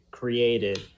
created